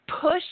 push